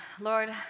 Lord